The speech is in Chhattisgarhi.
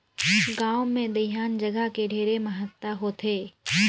गांव मे दइहान जघा के ढेरे महत्ता होथे